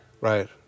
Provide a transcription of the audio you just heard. Right